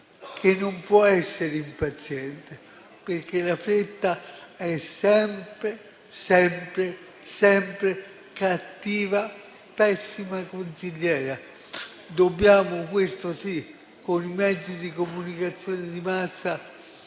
che non può essere impaziente, perché la fretta è davvero sempre cattiva, pessima consigliera. Dobbiamo, questo sì, con i mezzi di comunicazione di massa